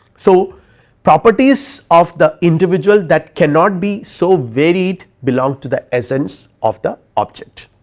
so properties of the individual that cannot be, so varied belong to the essence of the object